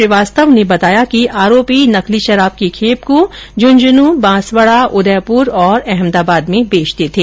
श्रीवास्तव ने बताया कि आरोपी नकली शराब की खैप को झुंझनू बांसवाड़ा उदयपुर और अहमदाबाद में बेचते थे